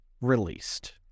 released